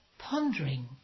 pondering